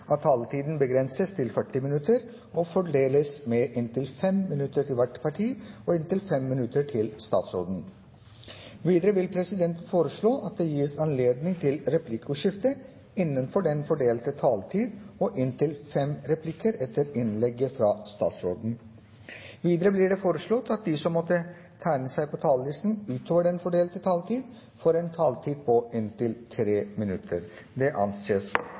taletiden begrenses til 40 minutter og fordeles med inntil 5 minutter til hvert parti og inntil 5 minutter til statsråden. Videre vil presidenten foreslå at det gis anledning til replikkordskifte på inntil fem replikker med svar etter innlegget fra statsråden innenfor den fordelte taletid. Videre blir det foreslått at de som måtte tegne seg på talerlisten utover den fordelte taletid, får en taletid på inntil 3 minutter. – Det anses